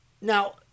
now